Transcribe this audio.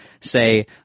say